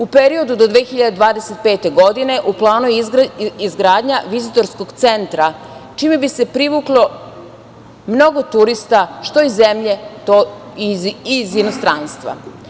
U periodu do 2025. godine u planu je izgradnja vizitorskog centra, čime bi se privuklo mnogo turista, što iz zemlje, što iz inostranstva.